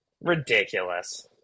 Ridiculous